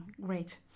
great